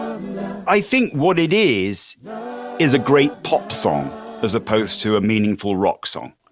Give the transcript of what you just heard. i think what it is is a great pop song as opposed to a meaningful rock song.